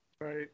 Right